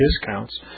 discounts